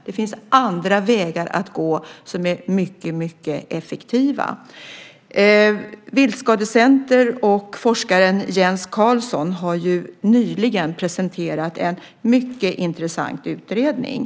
Det finns andra vägar att gå som är mycket effektiva. Viltskadecenter och forskaren Jens Karlsson har nyligen presenterat en mycket intressant utredning.